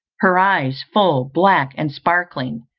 her eyes, full, black, and sparkling,